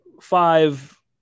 five